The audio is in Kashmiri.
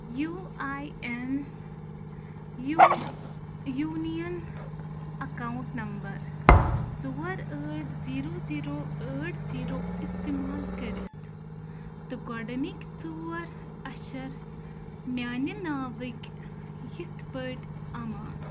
U I N U union account number ژور ٲٹھ زیٖرو زیٖرو ٲٹھ زیٖرو اِستعمال کٔرِتھ تہٕ گۄڈنِکۍ ژور اَچھر میٛانہِ ناوٕکۍ یِتھٕ پٲٹھۍ اَمان